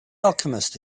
alchemist